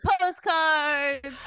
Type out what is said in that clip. postcards